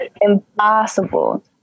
impossible